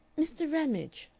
mr. ramage,